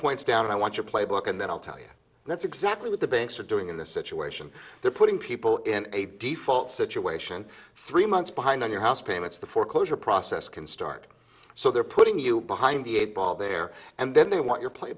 points down and i want your playbook and then i'll tell you that's exactly what the banks are doing in this situation they're putting people in a default situation three months behind on your house payments the foreclosure process can start so they're putting you behind the eight ball there and then they want your play